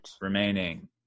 remaining